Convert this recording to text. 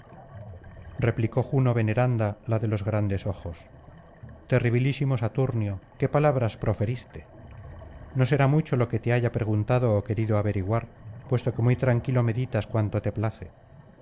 replicó juno veneranda la de los grandes ojos terribilísimo saturnio qué palabras proferiste no será mucho lo que te haya preguntado ó querido averiguar puesto que muy tranquilo meditas cuanto te place